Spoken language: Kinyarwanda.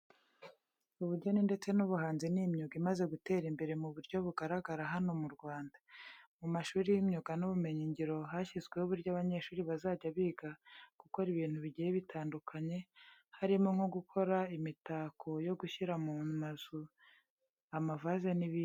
Ubugeni ndetse n'ubuhanzi ni imyuga imaze gutera imbere mu buryo bugaragara hano mu Rwanda. Mu mashuri y'imyuga n'ubumenyingiro hashizweho uburyo abanyeshuri bazajya biga gukora ibintu bigiye bitandukanye, harimo nko gukora imitako yo gushyira mu mazu, amavaze n'ibindi.